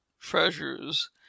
treasures